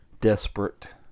desperate